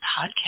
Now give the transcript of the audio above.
podcast